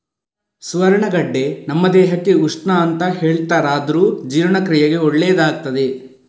ಸುವರ್ಣಗಡ್ಡೆ ನಮ್ಮ ದೇಹಕ್ಕೆ ಉಷ್ಣ ಅಂತ ಹೇಳ್ತಾರಾದ್ರೂ ಜೀರ್ಣಕ್ರಿಯೆಗೆ ಒಳ್ಳೇದಾಗ್ತದೆ